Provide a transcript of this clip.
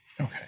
Okay